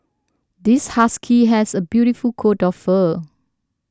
this husky has a beautiful coat of fur